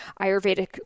Ayurvedic